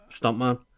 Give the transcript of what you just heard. Stuntman